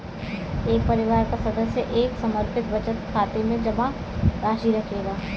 एक परिवार का सदस्य एक समर्पित बचत खाते में जमा राशि रखेगा